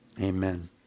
amen